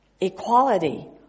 equality